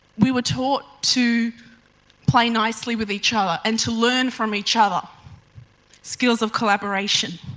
we were taught to play nicely with each other and to learn from each other skills of collaboration.